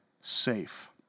safe